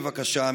בבקשה,